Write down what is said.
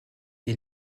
est